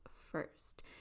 first